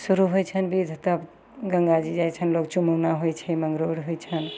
शुरू होइ छन्हि विध तब गंगाजी जाइ छन्हि लोक चुमाओना होइ छै मङ्गरोर होइ छन्हि